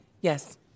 Yes